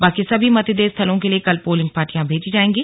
बाकी सभी मतदेय स्थलों के लिए कल पोलिंग पार्टियां भेजी जाएंगी